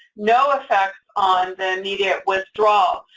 no effect on the immediate withdrawal,